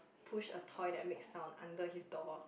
push a toy that made sound under his door